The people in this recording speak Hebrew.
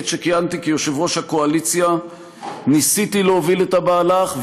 בעת שכיהנתי כיושב-ראש הקואליציה ניסיתי להוביל את המהלך,